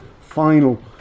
final